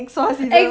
exorcism